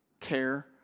care